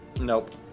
Nope